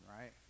right